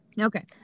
Okay